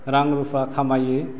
रां रुफा खामायो